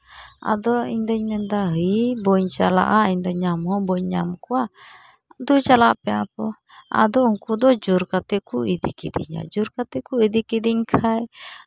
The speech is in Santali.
ᱟᱫᱚ ᱤᱧ ᱫᱩᱧ ᱢᱮᱱᱫᱟ ᱦᱮᱭ ᱵᱟᱹᱧ ᱪᱟᱞᱟᱜᱼᱟ ᱤᱧ ᱫᱚ ᱧᱟᱢ ᱦᱚᱸ ᱵᱟᱹᱧ ᱧᱟᱢ ᱠᱚᱣᱟ ᱫᱩ ᱪᱟᱞᱟᱜ ᱯᱮ ᱟᱯᱮ ᱟᱫᱚ ᱩᱱᱠᱩ ᱫᱚ ᱡᱳᱨ ᱠᱟᱛᱮ ᱠᱚ ᱤᱫᱤ ᱠᱤᱫᱤᱧᱟ ᱡᱳᱨ ᱠᱟᱛᱮ ᱠᱚ ᱤᱫᱤ ᱠᱤᱫᱤᱧ ᱠᱷᱟᱡ